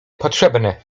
potrzebne